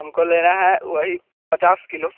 हमको लेना है वही पचास किलो